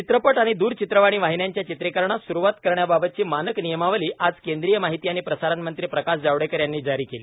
चित्रपट आणि द्रचित्रवाणी वाहिन्यांच्या चित्रीकरणास स्रुवात करण्याबाबतची मानक नियमावली आज केंद्रीय माहिती आणि प्रसारण मंत्री प्रकाश जावडेकर यांनी जारी केली